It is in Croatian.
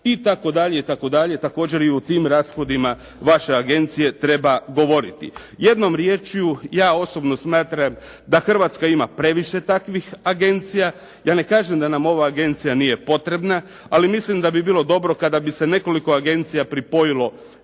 3,1 milijun kuna itd. Također i u tim rashodima vaše agencije treba govoriti. Jednom riječju ja osobno smatram da Hrvatska ima previše takvih agencija. Ja ne kažem da nam ova agencija nije potrebna, ali mislim da bi bilo dobro kada bi se nekoliko agencija pripojilo jednoj